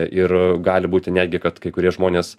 ir gali būti netgi kad kai kurie žmonės